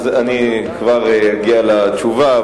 אני כבר אגיע לתשובה,